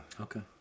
Okay